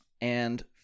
and-